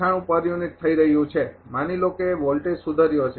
૯૮ પર યુનિટ થઈ રહ્યું છે માની લો કે વોલ્ટેજ સુધર્યો છે